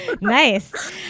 Nice